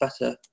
better